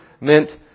meant